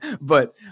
but-